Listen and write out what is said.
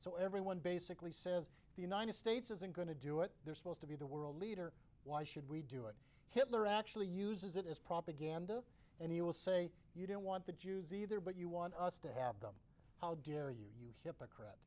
so everyone basically says the united states isn't going to do it they're supposed to be the world leader why should we do it hitler actually uses it as propaganda and he will say you don't want the jews either but you want us to have them how dare you you